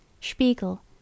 Spiegel